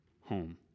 home